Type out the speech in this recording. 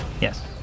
Yes